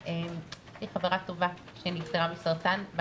יש לי חברה טובה שנפטרה מסרטן השד,